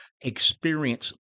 experience